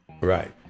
Right